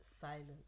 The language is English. Silence